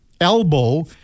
elbow